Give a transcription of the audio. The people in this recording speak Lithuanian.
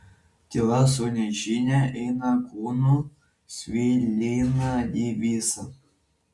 tyla su nežinia eina kūnu svilina jį visą